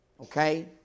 Okay